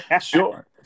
sure